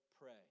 pray